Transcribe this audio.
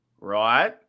right